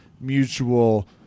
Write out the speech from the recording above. mutual